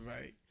right